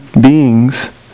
beings